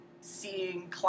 seeing